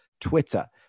twitter